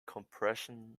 compression